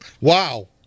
wow